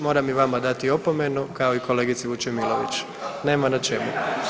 Moram i vama dati opomenu kao i kolegici Vučemilović. … [[Upadica se ne razumije.]] Nema na čemu.